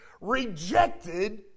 rejected